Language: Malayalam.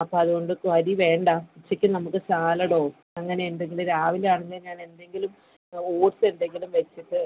അപ്പം അതുകൊണ്ട് അരിവേണ്ട ഉച്ചയ്ക്ക് നമുക്ക് സാലഡോ അങ്ങനെയെന്തെങ്കിലും രാവിലെ അങ്ങനെ ഞാനെന്തെങ്കിലും ഓട്സ് എന്തെങ്കിലും വെച്ചിട്ട്